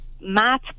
math